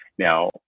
Now